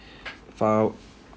file